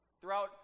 Throughout